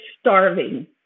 starving